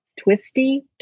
twisty